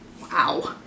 Wow